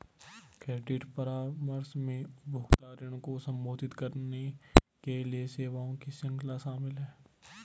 credit परामर्श में उपभोक्ता ऋण को संबोधित करने के लिए सेवाओं की श्रृंखला शामिल है